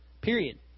period